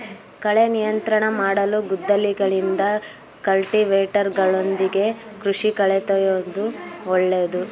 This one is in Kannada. ಕಳೆ ನಿಯಂತ್ರಣ ಮಾಡಲು ಗುದ್ದಲಿಗಳಿಂದ, ಕಲ್ಟಿವೇಟರ್ಗಳೊಂದಿಗೆ ಕೃಷಿ ಕಳೆತೆಗೆಯೂದು ಒಳ್ಳೇದು